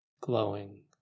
glowing